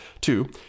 Two